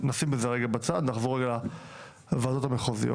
נשים את זה רגע בצד, נחזור רגע לוועדות המחוזיות.